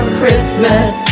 christmas